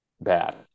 bad